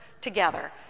together